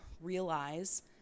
realize